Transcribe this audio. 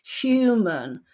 human